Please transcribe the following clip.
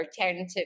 alternative